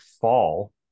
fall